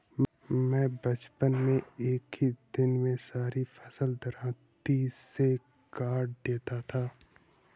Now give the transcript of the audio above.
मैं बचपन में एक ही दिन में सारी फसल दरांती से काट देता था